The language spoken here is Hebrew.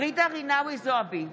ג'ידא רינאוי זועבי,